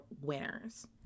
winners